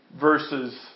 versus